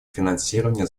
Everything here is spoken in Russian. финансирования